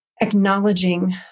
acknowledging